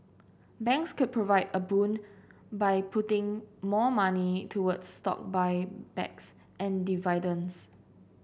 banks could provide a boon by putting more money toward stock buybacks and dividends